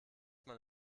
man